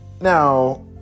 Now